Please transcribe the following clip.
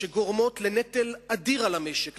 שגורמות לנטל אדיר על המשק,